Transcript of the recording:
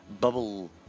bubble